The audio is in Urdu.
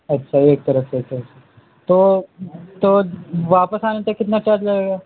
اچھا ایک طرف سے صرف تو تو واپس آنے کا کتنا چارج لگے گا